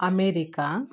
America